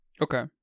Okay